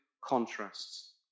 contrasts